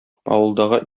авылдагы